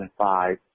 2005